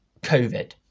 COVID